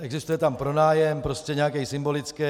Existuje tam pronájem, prostě nějaký symbolický.